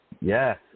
Yes